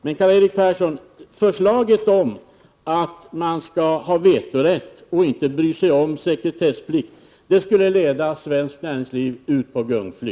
Men, Karl-Erik Persson, förslaget om att arbetarna skall ha vetorätt och inte behöva bry sig om sekretessplikten skulle leda svenskt näringsliv ut på ett gungfly.